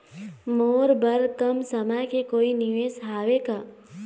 मोर बर कम समय के कोई निवेश हावे का?